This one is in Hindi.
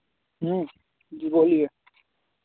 जी बोलिए